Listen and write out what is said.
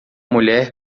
mulher